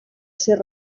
ser